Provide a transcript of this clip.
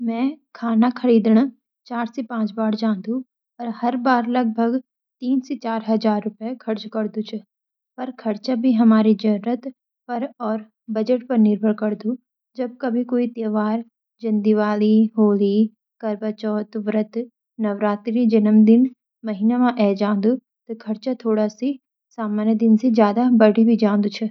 मैं खाना खरीदण चार सी पांच बार जांदु, अर हर बार लगभग तीन सी चार हजार रुपये खर्च करदु च। पर खर्चा भी हमारी जरूरत पर और बजट पर निर्भर करदू जब कभी कुई त्यौहार जन दीवाली, होली, करवाचौथ व्रत, नवरात्रि, जन्मदिन, महीना मां ए जांदू त खर्चा थोड़ा सामान्य दिन सी ज्यादा बढ़ी जांदू छ।